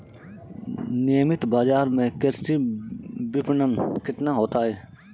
नियमित बाज़ार में कृषि विपणन कितना होता है?